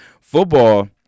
Football